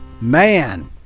Man